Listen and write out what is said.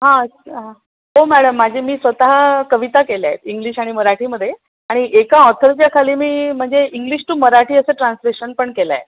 हां हां हो मॅडम माझे मी स्वतः कविता केल्या आहेत इंग्लिश आणि मराठीमध्ये आणि एका ऑथरच्याखाली मी म्हणजे इंग्लिश टू मराठी असं ट्रान्सलेशन पण केलं आहे